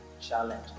challenge